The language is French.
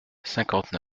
cinquante